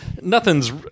nothing's